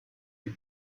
die